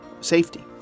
safety